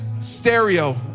stereo